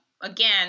Again